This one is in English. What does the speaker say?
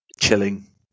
Chilling